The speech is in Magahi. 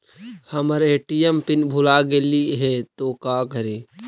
हमर ए.टी.एम पिन भूला गेली हे, तो का करि?